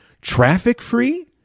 traffic-free